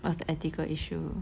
what's the ethical issue